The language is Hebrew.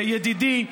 ידידי,